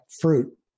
fruit